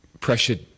pressured